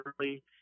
early